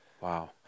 Wow